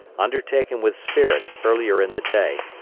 undertaken with spirit earlier in the day,